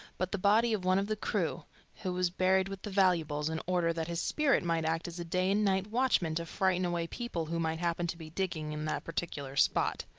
but the body of one of the crew who was buried with the valuables in order that his spirit might act as a day and night watchman to frighten away people who might happen to be digging in that particular spot.